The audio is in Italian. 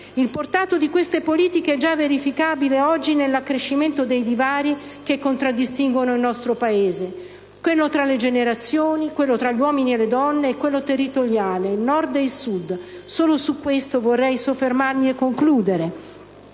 Il portato di queste politiche è già verificabile oggi nell'accrescimento dei divari che contraddistinguono il nostro Paese: quello tra le generazioni, quello tra uomini e donne e quello territoriale, tra Nord e Sud. Vorrei soffermarmi solo